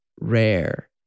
rare